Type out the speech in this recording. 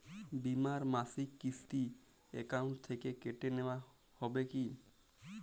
বিমার মাসিক কিস্তি অ্যাকাউন্ট থেকে কেটে নেওয়া হবে কি?